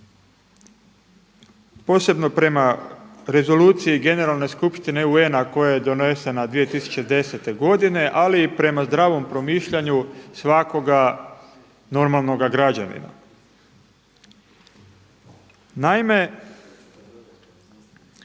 posebno prema Rezoluciji Generalne skupštine UN-a koja je donesena 2010. godine ali i prema zdravom promišljanju svakoga normalnoga građanina. Naime,